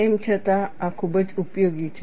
તેમ છતાં આ ખૂબ જ ઉપયોગી છે